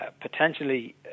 potentially